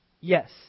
Yes